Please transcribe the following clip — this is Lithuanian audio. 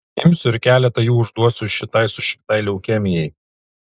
imsiu ir keletą jų užduosiu šitai sušiktai leukemijai